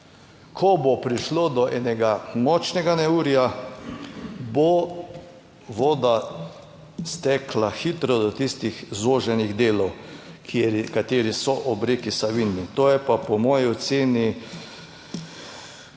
Ko bo prišlo do enega močnega neurja. Bo voda stekla hitro do tistih zoženih delov, kateri so ob reki Savinji, to je pa po moji oceni